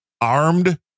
armed